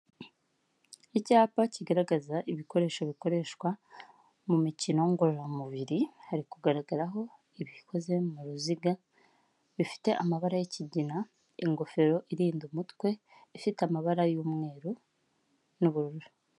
Icyapa kigaragaza ibikoresho bikoreshwa mu mikino ngororamubiri, hari kugaragaraho ibikoze mu ruziga, bifite amabara y'kigina, ingofero irinda umutwe, ifite amabara y'umweru n'ubururu.